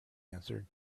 answered